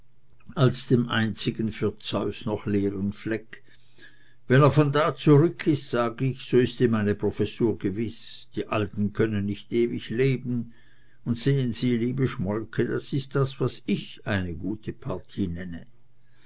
als dem einzigen für zeus noch leeren fleck wenn er von da zurück ist sag ich so ist ihm eine professur gewiß die alten können nicht ewig leben und sehen sie liebe schmolke das ist das was ich eine gute partie nenne